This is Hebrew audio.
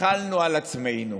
החלנו על עצמנו,